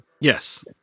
Yes